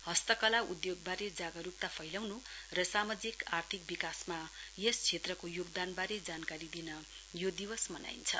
हस्तकला उद्योग बारे जागरूकता फैलाउनु र सामाजिक आर्थिक विकासमा यस क्षेत्रको योगदानवारे जानकारी दिन यो दिवस मनाइन्छ